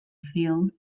field